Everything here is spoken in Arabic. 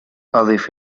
أضف